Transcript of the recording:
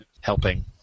helping